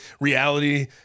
reality